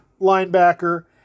linebacker